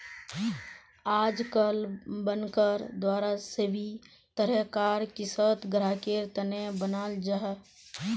आजकल बनकर द्वारा सभी तरह कार क़िस्त ग्राहकेर तने बनाल जाहा